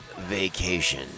vacation